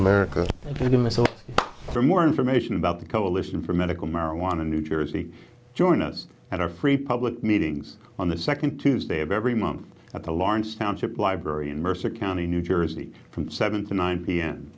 so for more information about the coalition for medical marijuana new jersey join us at our free public meetings on the second tuesday of every month at the lawrence township library in mercer county new jersey from seven to nine p